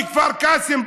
בכפר קאסם,